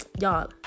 y'all